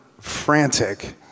frantic